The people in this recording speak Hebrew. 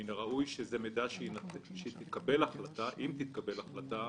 מן הראוי שכשתתקבל החלטה,